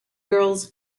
girls